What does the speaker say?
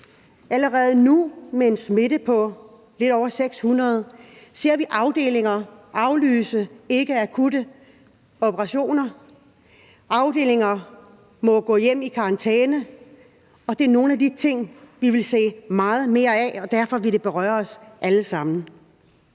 Allerede nu med en smitte af lidt over 600 ser vi afdelinger aflyse ikkeakutte operationer. Afdelinger må gå hjem i karantæne, og det er nogle af de ting, vi vil se meget mere af, og derfor vil det berøre os alle sammen.